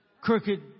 crooked